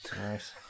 Nice